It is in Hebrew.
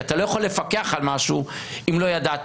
אתה לא יכול לפקח על משהו אם לא ידעת.